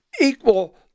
equal